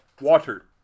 Water